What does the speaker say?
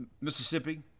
Mississippi